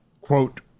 quote